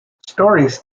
stories